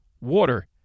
water